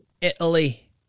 Italy